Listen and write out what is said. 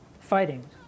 fighting